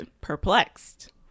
perplexed